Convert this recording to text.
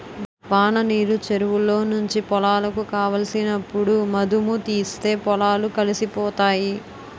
వాననీరు చెరువులో నుంచి పొలాలకు కావలసినప్పుడు మధుముతీస్తే పొలాలు కలిసిపోతాయి